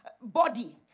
body